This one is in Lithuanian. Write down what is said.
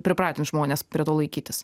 pripratint žmones prie to laikytis